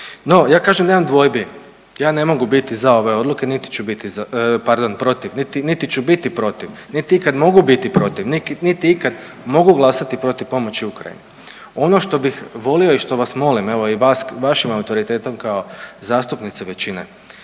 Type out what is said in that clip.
No ja kažem nemam dvojbi, ja ne mogu biti za ove odluke niti ću biti, pardon protiv niti ću biti protiv, niti ikad mogu biti protiv, niti ikad mogu glasati protiv pomoći Ukrajini. Ono što bih volio i što vas molim evo i vašim autoritetom kao zastupnicu većine,